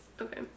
Okay